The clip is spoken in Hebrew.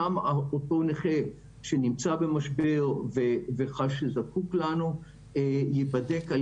שם אותו נכה שנמצא במשבר וחש שזקוק לנו ייבדק על